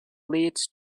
leads